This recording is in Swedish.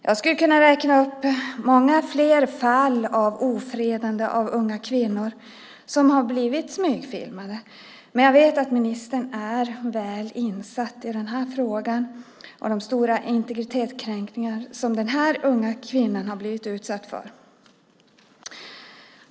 Jag skulle kunna räkna upp många fler fall av ofredande där unga kvinnor har blivit smygfilmade, men jag vet att ministern är väl insatt i frågan och de stora integritetskränkningar som de här unga kvinnorna utsätts för.